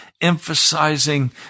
emphasizing